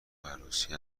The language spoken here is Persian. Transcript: عروسی